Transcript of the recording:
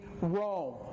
Rome